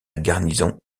garnison